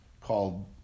called